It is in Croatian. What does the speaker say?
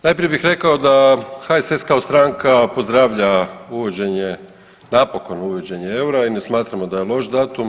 Najprije bih rekao da HSS kao stranka pozdravlja uvođenje, napokon uvođenje eura i ne smatramo da je loš datum.